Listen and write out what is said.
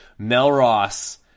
Melross